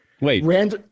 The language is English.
Wait